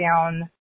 down